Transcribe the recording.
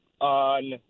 on